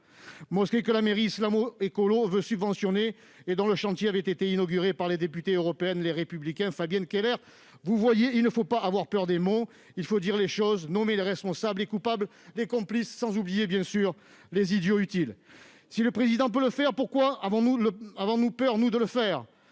mosquée que la mairie islamo-écolo veut subventionner et dont le chantier avait été inauguré par la députée européenne Les Républicains Fabienne Keller. Vous le voyez, il ne faut pas avoir peur des mots ; il faut dire les choses, nommer les responsables et les coupables, les complices, sans oublier, bien sûr, les idiots utiles. Si le Président de la République peut le dire, pourquoi avons-nous, nous, peur de le faire ?